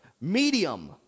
Medium